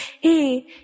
hey